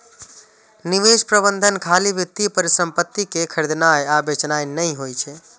निवेश प्रबंधन खाली वित्तीय परिसंपत्ति कें खरीदनाय आ बेचनाय नहि होइ छै